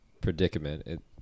predicament